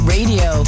Radio